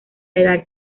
edad